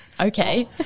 Okay